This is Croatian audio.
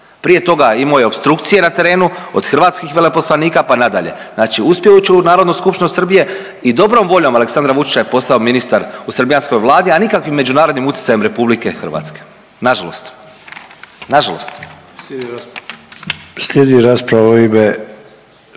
Prije toga imamo je opstrukcije na terenu od hrvatskih veleposlanika pa nadalje. Znači uspio je ući u Narodnu skupštinu Srbije i dobrom voljom Aleksandra Vučića je postao ministar u srbijanskoj vladi, a nikakvim međunarodnim utjecajem RH. Nažalost, nažalost. **Sanader, Ante